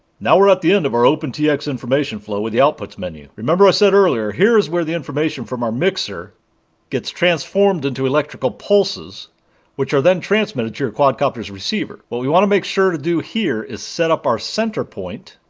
now we're at the end of our opentx information flow with the outputs menu. remember i said earlier, here is where the information from our mixes gets transformed into electrical pulses which are then transmitted to your quadcopter's receiver. what we want to make sure to do here is set up our center point,